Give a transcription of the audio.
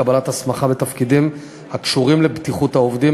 קבלת הסמכה בתפקידים הקשורים לבטיחות העובדים,